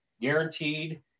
guaranteed